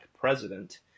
president